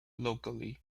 locally